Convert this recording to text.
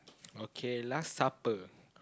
okay last supper